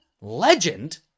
legend